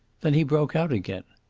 then he broke out again.